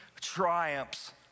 triumphs